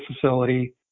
facility